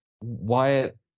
Wyatt